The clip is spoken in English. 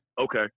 Okay